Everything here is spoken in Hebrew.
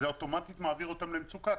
זה אוטומטית מעביר אותם למצוקה,